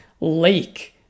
lake